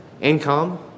income